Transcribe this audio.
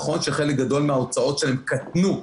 נכון שחלק גדול מההוצאות שלהם קטנו,